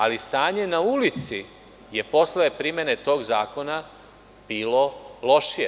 Ali, stanje na ulici je posle primene tog zakona bilo lošije.